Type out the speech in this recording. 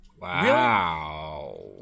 wow